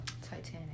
Titanic